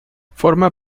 forma